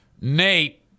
Nate